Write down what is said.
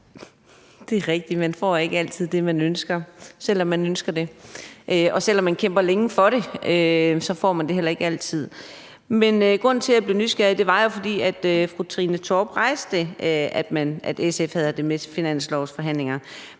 Det er rigtigt, at man ikke altid får det, man ønsker, og selv om man kæmper længe for det, får man det heller ikke altid. Men grunden til, at jeg blev nysgerrig, var, at fru Trine Torp nævnte, at SF havde taget det med til finanslovsforhandlingerne.